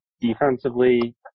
Defensively